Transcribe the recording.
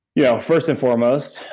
yeah first and foremost,